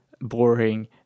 boring